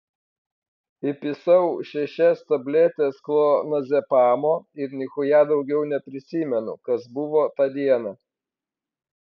įpisau šešias tabletes klonazepamo ir nichuja daugiau neprisimenu kas buvo tą dieną